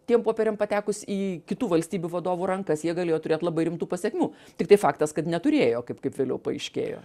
tiem popieriam patekus į kitų valstybių vadovų rankas jie galėjo turėt labai rimtų pasekmių tiktai faktas kad neturėjo kaip kaip vėliau paaiškėjo